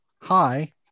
hi